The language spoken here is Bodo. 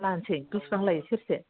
लानोसै बिसिबां लायो सेरसे